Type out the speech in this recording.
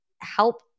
help